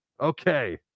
Okay